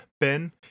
Ben